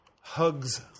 hugs